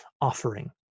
offering